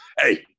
hey